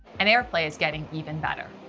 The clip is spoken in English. and airplay is getting even better.